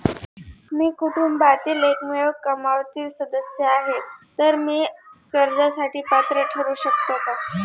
मी कुटुंबातील एकमेव कमावती सदस्य आहे, तर मी कर्जासाठी पात्र ठरु शकतो का?